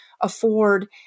afford